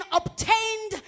obtained